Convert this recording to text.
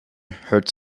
hurts